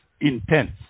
intense